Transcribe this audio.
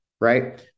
right